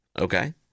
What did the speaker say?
okay